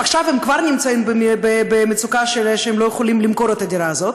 עכשיו הם כבר נמצאים במצוקה שהם לא יכולים למכור את הדירה הזאת,